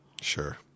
Sure